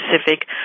specific